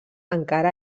encara